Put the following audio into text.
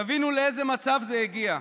תבינו לאיזה מצב זה הגיע: